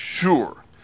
sure